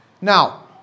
Now